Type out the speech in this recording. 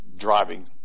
driving